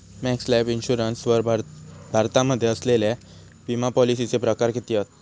Max Life Insurance वर भारतामध्ये असलेल्या विमापॉलिसीचे प्रकार किती हत?